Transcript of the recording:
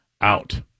out